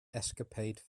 escapade